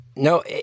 No